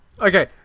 Okay